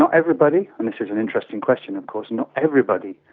so everybody, and this is an interesting question of course, not everybody,